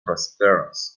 prosperous